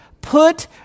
Put